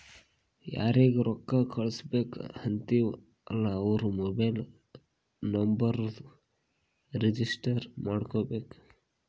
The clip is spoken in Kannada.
ಯಾರಿಗ ರೊಕ್ಕಾ ಕಳ್ಸುಬೇಕ್ ಅಂತಿವ್ ಅಲ್ಲಾ ಅವ್ರ ಮೊಬೈಲ್ ನುಂಬರ್ನು ರಿಜಿಸ್ಟರ್ ಮಾಡ್ಕೋಬೇಕ್